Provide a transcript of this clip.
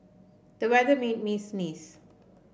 the weather made me sneeze